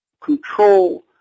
control